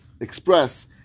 express